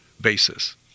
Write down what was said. basis